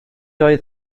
oedd